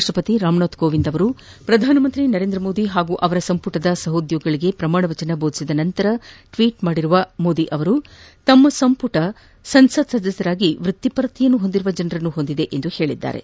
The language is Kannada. ರಾಷ್ಟಪತಿ ರಾಮನಾಥ್ ಕೋವಿಂದ್ ಅವರು ಪ್ರಧಾನಮಂತ್ರಿ ನರೇಂದ್ರ ಮೋದಿ ಹಾಗೂ ಅವರ ಸಂಪುಟದ ಸಹೋದ್ನೋಗಿಗಳಿಗೆ ಪ್ರಮಾಣವಚನ ಬೋಧಿಸಿದ ನಂತರ ಟ್ಲೀಟ್ ಮಾಡಿರುವ ಮೋದಿಯವರು ತಮ್ಮ ಸಂಪುಟ ಸದಸ್ಯರಾಗಿ ವ್ವತ್ತಿಪರತೆಯನ್ನು ಹೊಂದಿರುವ ಜನರನ್ನು ಹೊಂದಿದೆ ಎಂದು ಹೇಳಿದ್ದಾರೆ